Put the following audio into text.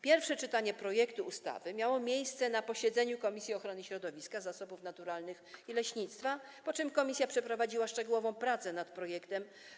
Pierwsze czytanie projektu ustawy miało miejsce na posiedzeniu Komisji Ochrony Środowiska, Zasobów Naturalnych i Leśnictwa, po czym komisja przeprowadziła szczegółową pracę nad projektem.